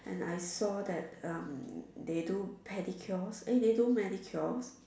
and I saw that um they do pedicures eh they do manicures